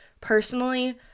personally